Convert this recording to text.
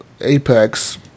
Apex